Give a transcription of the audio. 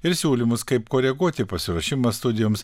ir siūlymus kaip koreguoti pasiruošimą studijoms